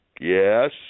yes